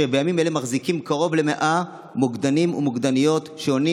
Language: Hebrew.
שבימים אלה מחזיקה קרוב ל-100 מוקדנים ומוקדניות שעונים